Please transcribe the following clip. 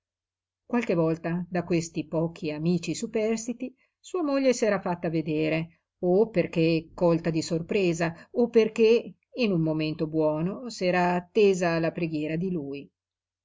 qualche volta da questi pochi amici superstiti sua moglie s'era fatta vedere o perché colta di sorpresa o perché in un momento buono s'era attesa alla preghiera di lui